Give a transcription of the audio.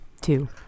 Two